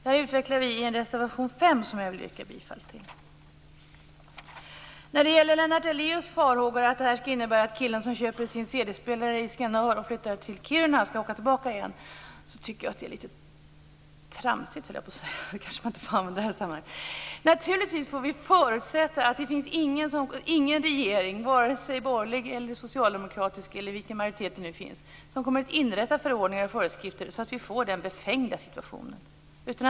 Detta utvecklas i reservation 5, som jag yrkar bifall till. Lennart Daléus farhågor att detta skulle innebära att killen som köper sin CD-spelare i Skanör och flyttar till Kiruna skall åka tillbaka igen tycker jag är litet tramsiga, om man får använda det uttrycket. Naturligtvis får vi förutsätta att det inte finns någon regering, vare sig borgerlig, socialdemokratisk eller med någon annan majoritet, som kommer att inrätta förordningar och föreskrifter så att vi får den befängda situationen.